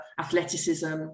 athleticism